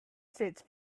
sits